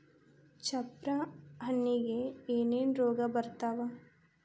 ಚಪ್ರ ಹಣ್ಣಿಗೆ ಏನೇನ್ ರೋಗ ಬರ್ತಾವ?